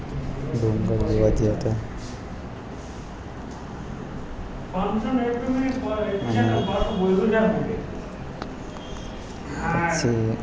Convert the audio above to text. ડુંગર જોવા ગયા હતા અને પછી